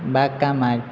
बाग कामाक